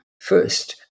first